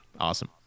Awesome